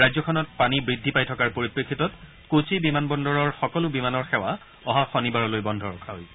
ৰাজ্যখনত পানী বৃদ্ধি পাই থকাৰ পৰিপ্ৰেক্ষিতত কোচি বিমানবন্দৰৰ সকলো বিমানৰ সেৱা অহা শনিবাৰলৈ বন্ধ ৰখা হৈছে